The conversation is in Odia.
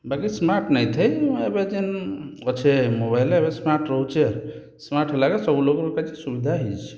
ବାକି ସ୍ମାର୍ଟ ନାଇଁ ଥାଇ ଏବେ ଯେନ୍ ଅଛେ ମୋବାଇଲ୍ ଏବେ ସ୍ମାର୍ଟ ରହୁଛେ ସ୍ମାର୍ଟ ଲାଗି ସବୁ ଲୋକକେ କେତେ ସୁବିଧା ହେଇଛି